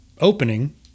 opening